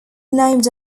named